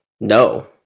no